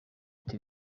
ufite